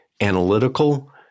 analytical